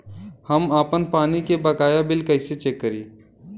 हम आपन पानी के बकाया बिल कईसे चेक करी?